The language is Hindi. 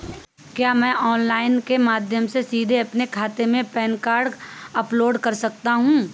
क्या मैं ऑनलाइन के माध्यम से सीधे अपने खाते में पैन कार्ड अपलोड कर सकता हूँ?